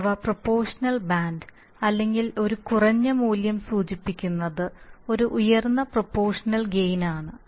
അഥവാ proportional band അല്ലെങ്കിൽ ഒരു കുറഞ്ഞ മൂല്യം സൂചിപ്പിക്കുന്നത് ഒരു ഉയർന്ന പ്രൊപോഷണൽ ഗെയിൻ ആണ്